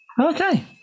okay